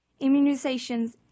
immunizations